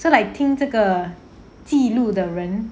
so like 听这个记录的人